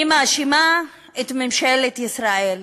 אני מאשימה את ממשלת ישראל,